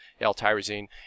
L-tyrosine